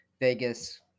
Vegas